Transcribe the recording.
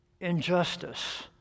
injustice